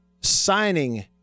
signing –